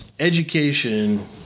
Education